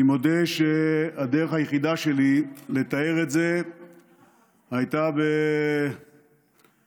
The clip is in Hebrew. אני מודה שהדרך היחידה שלי לתאר את זה הייתה קצת במילים וחרוזים,